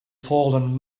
fallen